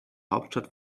hauptstadt